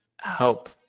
help